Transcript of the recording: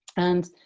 and,